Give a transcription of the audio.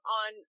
on